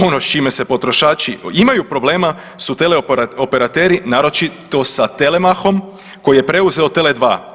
Ono s čime se potrošači imaju problema su teleoperateri naročito sa Telemach-om koji je preuzeo Tele2.